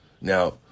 Now